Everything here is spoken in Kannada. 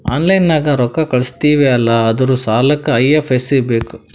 ಆನ್ಲೈನ್ ನಾಗ್ ರೊಕ್ಕಾ ಕಳುಸ್ತಿವ್ ಅಲ್ಲಾ ಅದುರ್ ಸಲ್ಲಾಕ್ ಐ.ಎಫ್.ಎಸ್.ಸಿ ಬೇಕ್